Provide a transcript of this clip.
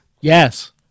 Yes